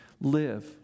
live